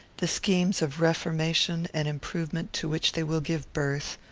the schemes of reformation and improvement to which they will give birth,